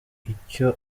icyo